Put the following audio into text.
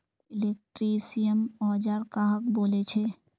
Electrician औजार कहाक बोले छे?